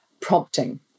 prompting